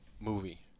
movie